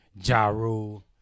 Jaru